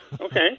Okay